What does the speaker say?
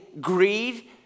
greed